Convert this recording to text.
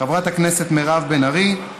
חברת הכנסת מירב בן ארי,